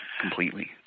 Completely